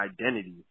identity